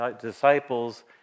disciples